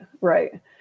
right